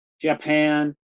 Japan